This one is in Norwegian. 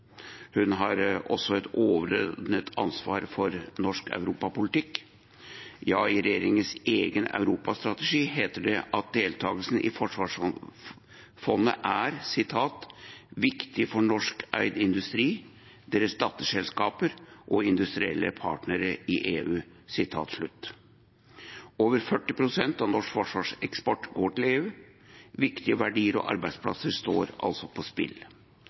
Hun har også et overordnet ansvar for norsk europapolitikk. Ja, i regjeringens egen europastrategi heter det at deltakelsen i forsvarsfondet er «viktig for norskeid industri, deres datterselskaper og industrielle partnere i EU». Over 40 pst. av norsk forsvarseksport går til EU. Viktige verdier og arbeidsplasser står på spill.